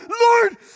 Lord